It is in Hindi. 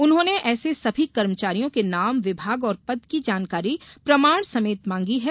उन्होंने ऐसे सभी कर्मचारियों के नाम विभाग और पद की जानकारी प्रमाण समेत मांगी है